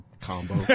combo